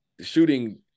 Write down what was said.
shooting